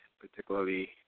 particularly